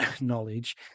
knowledge